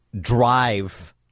drive